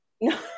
No